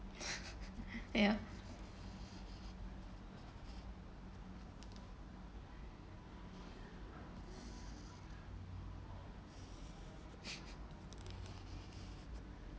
ya